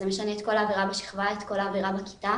את כל האווירה בשכבה ואת כל האווירה בכיתה